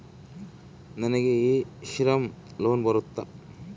ನನಗೆ e Shram loan ಬರುತ್ತಾ?